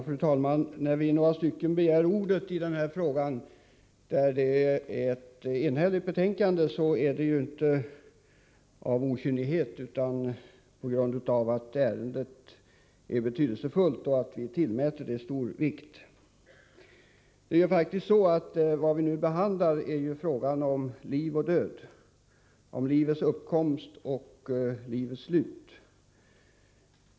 Fru talman! När vi är några ledamöter som begärt ordet vid behandlingen av detta ärende, där vi har ett enhälligt betänkande, är det inte av okynne som vi gjort det, utan på grund av att ärendet är betydelsefullt och att vi tillmäter det stor vikt. Vad vi nu behandlar är frågan om liv och död — frågan om livets uppkomst och livets slut.